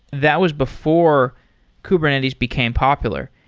that was before kubernetes became popular.